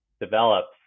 develops